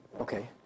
Okay